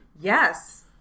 Yes